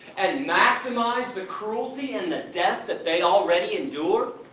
and maximize the cruelty and the death that they already endure,